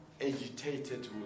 agitated